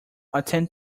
attend